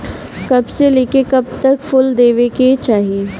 कब से लेके कब तक फुल देवे के चाही?